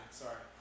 sorry